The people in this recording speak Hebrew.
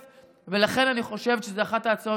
ולכן אני חושבת שזו אחת ההצעות